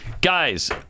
guys